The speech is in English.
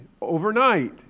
overnight